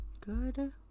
Good